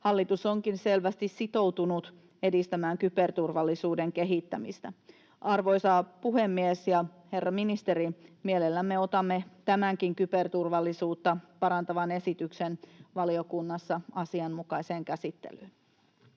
Hallitus onkin selvästi sitoutunut edistämään kyberturvallisuuden kehittämistä. Arvoisa puhemies ja herra ministeri, mielellämme otamme tämänkin kyberturvallisuutta parantavan esityksen valiokunnassa asianmukaiseen käsittelyyn.